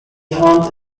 hunt